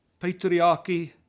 patriarchy